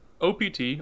OPT